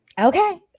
okay